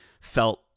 felt